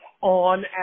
on